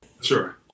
Sure